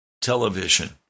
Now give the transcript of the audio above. Television